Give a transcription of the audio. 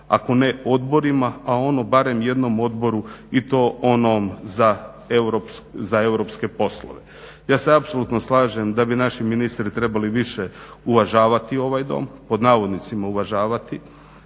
ako ne odborima a ono barem jednom odboru i to onom za europske poslove. Ja se apsolutno slažem da bi naši ministri trebali više uvažavati ovaj Dom, pod navodnicima uvažavati